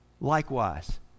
likewise